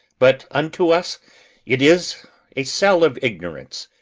but unto us it is a cell of ignorance,